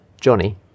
Johnny